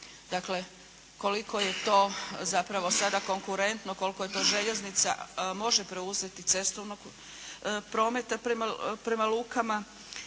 Dakle, koliko je to zapravo sada konkurentno, koliko to željeznica može preuzeti cestovnog prometa prema lukama,